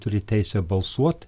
turi teisę balsuot